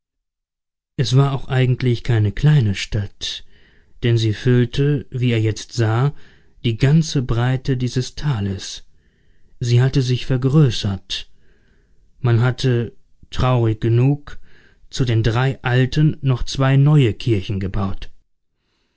es war auch eigentlich keine kleine stadt denn sie füllte wie er jetzt sah die ganze breite dieses tales sie hatte sich vergrößert man hatte traurig genug zu den drei alten noch zwei neue kirchen gebaut